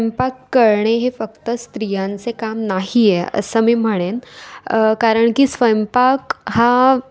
स्वयंपाक करणे हे फक्त स्त्रियांचे काम नाही आहे असं मी म्हणेन कारण की स्वयंपाक हा